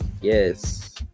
Yes